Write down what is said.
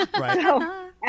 Right